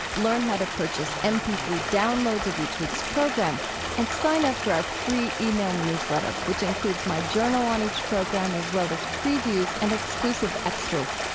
learn how to purchase m p three downloads of each week's program and sign up for our free email newsletter which includes my journal on each program as well as previews and exclusive extras.